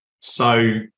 So-